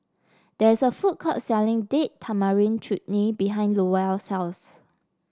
there is a food court selling Date Tamarind Chutney behind Lowell's house